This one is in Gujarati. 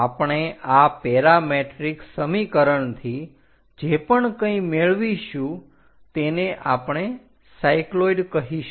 આપણે આ પેરામેટ્રિક સમીકરણથી જે પણ કંઈ મેળવીશું તેને આપણે સાયક્લોઈડ કહીશું